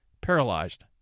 paralyzed